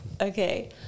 Okay